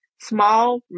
small